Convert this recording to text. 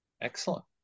Excellent